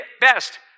best